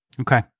Okay